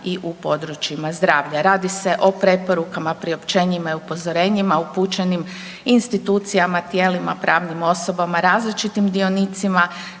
i u područjima zdravlja. Radi se o preporukama, priopćenjima i upozorenjima upućenim institucijama, tijelima, pravnim osobama različitim dionicima,